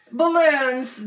balloons